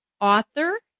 author